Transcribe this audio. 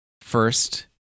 first